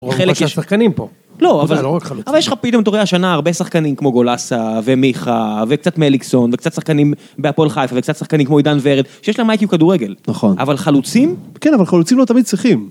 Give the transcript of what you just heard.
לא רק חלוצים, אבל יש לך פתאום אתה רואה השנה הרבה שחקנים כמו גולאסה ומיכה וקצת מליקסון וקצת שחקנים בהפועל חיפה וקצת שחקנים כמו עידן ורד שיש לה מייקי וכדורגל, אבל חלוצים? כן אבל חלוצים לא תמיד צריכים